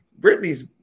Britney's